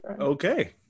Okay